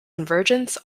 convergence